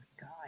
God